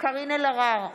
קארין אלהרר,